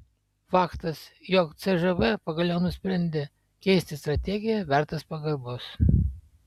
faktas jog cžv pagaliau nusprendė keisti strategiją vertas pagarbos